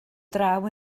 draw